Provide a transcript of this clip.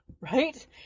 Right